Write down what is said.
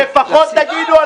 שתקתי, די.